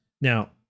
Now